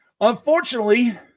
unfortunately